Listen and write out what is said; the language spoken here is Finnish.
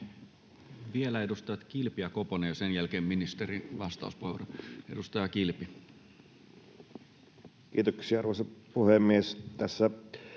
Vielä edustajat Kilpi ja Koponen, ja sen jälkeen ministerin vastauspuheenvuoro. — Edustaja Kilpi. Kiitoksia, arvoisa puhemies!